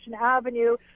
Avenue